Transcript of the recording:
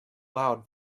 loud